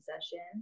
session